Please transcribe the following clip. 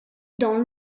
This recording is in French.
dans